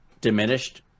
diminished